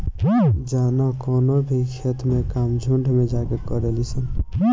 जाना कवनो भी खेत के काम झुंड में जाके करेली सन